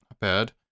bad